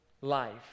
life